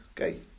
Okay